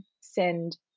send